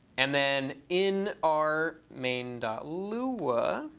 and then in our main lua